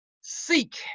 Seek